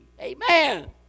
Amen